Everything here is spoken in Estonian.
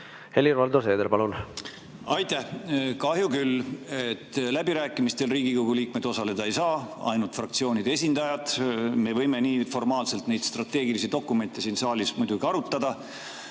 Helir-Valdor Seeder, palun! Aitäh! Kahju küll, et läbirääkimistel Riigikogu liikmed osaleda ei saa, vaid ainult fraktsioonide esindajad. Me võime formaalselt neid strateegilisi dokumente siin saalis muidugi arutada.